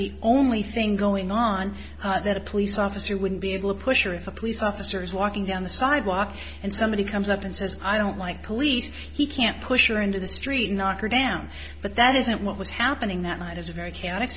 the only thing going on that a police officer wouldn't be able to push or if a police officer is walking down the sidewalk and somebody comes up and says i don't like police he can't push her into the street and knock her down but that isn't what was happening that night is a very chaotic